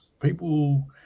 People